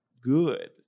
good